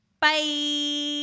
Bye